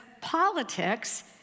politics